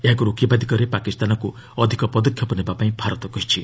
ଏହାକୁ ରୋକିବା ଦିଗରେ ପାକିସ୍ତାନକୁ ଅଧିକ ପଦକ୍ଷେପ ନେବାପାଇଁ ଭାରତ କହିଛି